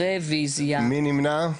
מי נמנע?